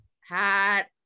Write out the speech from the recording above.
hat